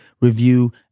review